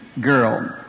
girl